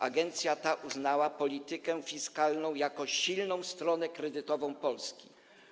Agencja ta uznała politykę fiskalną jako silną stronę kredytową Polski.